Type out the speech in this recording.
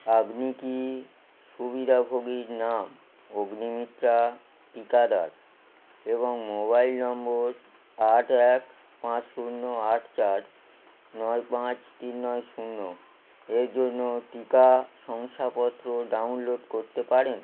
আপনি কি সুবিধাভোগীর নাম অগ্নিমিত্রা টীকাদার এবং মোবাইল নম্বর আট এক পাঁচ শূন্য আট চার নয় পাঁচ তিন নয় শূন্য এর জন্য টিকা শংসাপত্র ডাউনলোড করতে পারেন